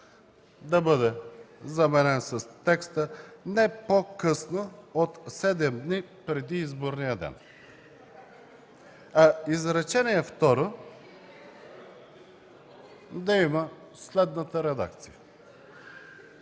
да бъде заменен с текста „не по-късно от 7 дни преди изборния ден”. Изречение второ да има следната редакция: